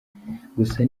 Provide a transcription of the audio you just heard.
gusa